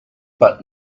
but